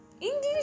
English